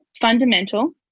fundamental